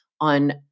on